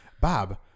Bob